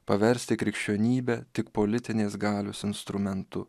paversti krikščionybę tik politinės galios instrumentu